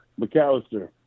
McAllister